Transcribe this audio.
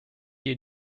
hier